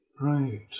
right